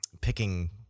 picking